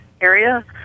area